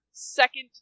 second